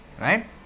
Right